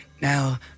now